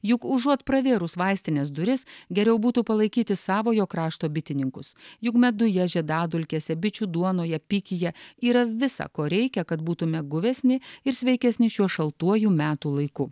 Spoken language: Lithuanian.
juk užuot pravėrus vaistinės duris geriau būtų palaikyti savojo krašto bitininkus juk meduje žiedadulkėse bičių duonoje pikyje yra visa ko reikia kad būtume guvesni ir sveikesni šiuo šaltuoju metų laiku